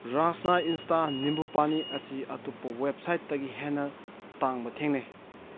Rasna Insta ꯅꯤꯝꯕꯨꯄꯥꯅꯤ ꯑꯁꯤ ꯑꯇꯣꯞꯄ ꯋꯦꯕꯁꯥꯏꯠꯇꯒꯤ ꯍꯦꯟꯅ ꯇꯥꯡꯕ ꯊꯦꯡꯅꯩ